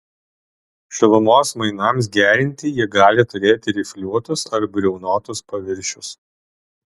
šilumos mainams gerinti jie gali turėti rifliuotus ar briaunotus paviršius